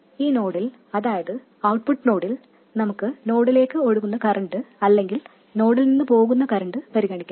ഈ നോഡിൽ അതായത് ഔട്ട്പുട്ട് നോഡിൽ നമുക്ക് നോഡിലേക്ക് ഒഴുകുന്ന കറൻറ് അല്ലെങ്കിൽ നോഡിൽ നിന്ന് പോകുന്ന കറൻറ് പരിഗണിക്കാം